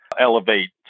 elevate